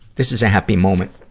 this is a happy moment